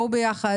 בואו ביחד,